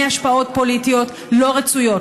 מהשפעות פוליטיות לא רצויות,